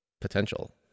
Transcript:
potential